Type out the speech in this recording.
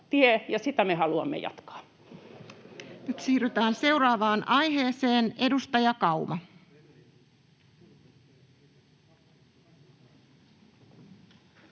Time: N/A Content: Nyt siirrytään seuraavaan aiheeseen. Edustaja Kauma.